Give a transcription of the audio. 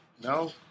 No